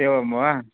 एवं वा